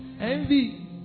Envy